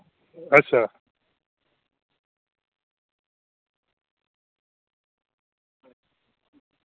अच्छा